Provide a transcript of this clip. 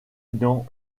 dans